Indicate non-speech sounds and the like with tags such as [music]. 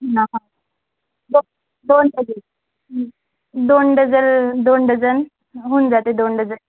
[unintelligible] दो दोन पाहिजे दोन डझल दोन डझन होऊन जाते दोन डझन